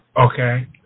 Okay